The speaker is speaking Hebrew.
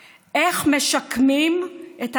כי יש בו מסר מאוד מאוד משמעותי גם לעם